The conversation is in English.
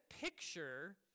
picture